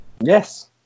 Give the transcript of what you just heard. Yes